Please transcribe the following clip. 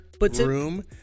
room